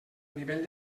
nivell